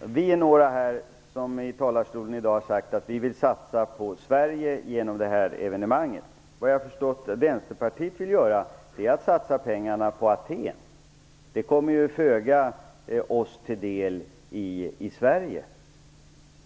Herr talman! Vi är några som från kammarens talarstol i dag har sagt att vi vill satsa på Sverige genom det här evenemanget. Vad Vänsterpartiet vill göra är enligt vad jag har förstått att satsa pengarna på Aten. Det kommer oss i Sverige föga till del.